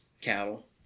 cattle